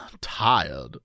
tired